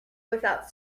without